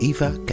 Eva